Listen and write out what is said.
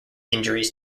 injuries